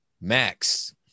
Max